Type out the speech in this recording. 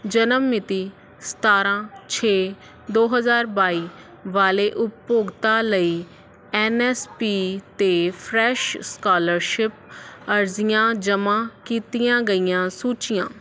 ਜਨਮ ਮਿਤੀ ਸਤਾਰ੍ਹਾਂ ਛੇ ਦੋ ਹਜ਼ਾਰ ਬਾਈ ਵਾਲੇ ਉਪਭੋਗਤਾ ਲਈ ਐੱਨ ਐੱਸ ਪੀ 'ਤੇ ਫਰੈਸ਼ ਸਕੋਲਰਸ਼ਿਪ ਅਰਜ਼ੀਆਂ ਜਮ੍ਹਾਂ ਕੀਤੀਆਂ ਗਈਆਂ ਸੂਚੀਆਂ